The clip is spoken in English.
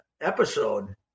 episode